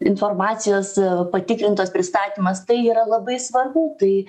informacijos patikrintos pristatymas tai yra labai svarbu tai